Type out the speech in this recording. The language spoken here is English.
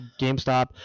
GameStop